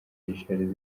richard